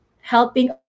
helping